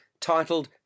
titled